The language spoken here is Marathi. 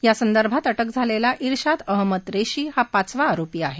यासदंभात अटक झालेला ईशांद अहमद रेशी हा पाचवा आरोपी आहे